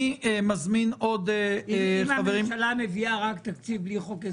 אני מזמין עוד חברים --- אם הממשלה מביאה רק תקציב בלי הסדרים,